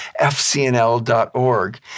FCNL.org